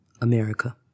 America